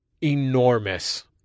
enormous